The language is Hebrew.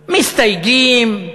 מסתייגים,